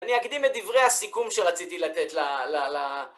אני אקדים את דברי הסיכום שרציתי לתת ל...